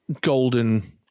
golden